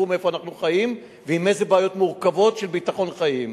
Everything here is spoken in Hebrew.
תזכרו איפה אנחנו חיים ועם איזה בעיות מורכבות של ביטחון אנחנו חיים.